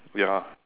ya